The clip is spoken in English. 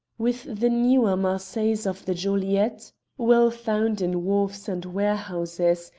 with the newer marseilles of the joliette well found in wharfs and warehouses,